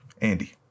Andy